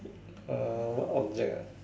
uh what object ah